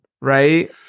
right